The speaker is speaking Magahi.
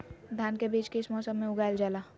धान के बीज किस मौसम में उगाईल जाला?